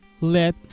let